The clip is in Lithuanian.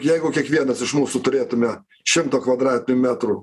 jeigu kiekvienas iš mūsų turėtume šimto kvadratinių metrų